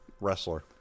wrestler